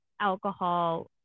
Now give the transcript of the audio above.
alcohol